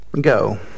Go